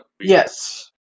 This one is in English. Yes